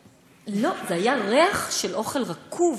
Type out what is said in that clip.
לא, זה היה ריח של אוכל רקוב,